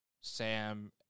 Sam